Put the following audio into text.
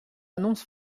annonce